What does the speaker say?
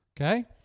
Okay